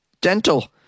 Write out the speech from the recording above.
dental